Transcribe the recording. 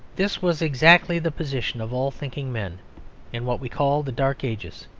this was exactly the position of all thinking men in what we call the dark ages,